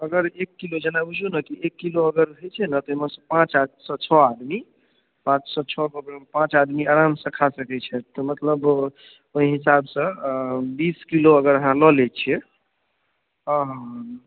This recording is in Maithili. अगर एक किलो जेना बुझियौ ने कि एक किलो अगर दै छियै ने ताहि मे सऽ पाँच सऽ छओ आदमी पाँच सऽ छओ भऽ गेलहुॅं पाँच आदमी आराम सऽ खा सकै छथि तऽ मतलब ओहि हिसाब सऽ अँ बीसकिलो अगर आहाँ लऽ लै छियै अहँ हँ हँ